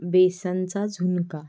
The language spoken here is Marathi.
बेसनचा झुणका